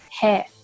hair